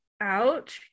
out